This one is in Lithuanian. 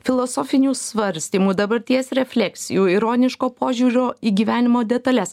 filosofinių svarstymų dabarties refleksijų ironiško požiūrio į gyvenimo detales